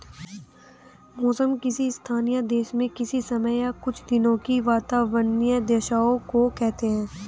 मौसम किसी स्थान या देश में किसी समय या कुछ दिनों की वातावार्नीय दशाओं को कहते हैं